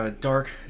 Dark